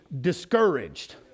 discouraged